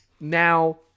Now